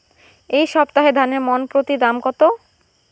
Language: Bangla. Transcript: এই সপ্তাহে ধানের মন প্রতি দাম কত?